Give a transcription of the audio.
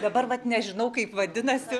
dabar vat nežinau kaip vadinasi